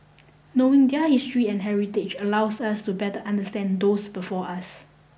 knowing their history and heritage allows us to better understand those before us